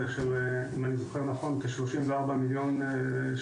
של אם אני זוכר נכון כ-34 מיליון שקל,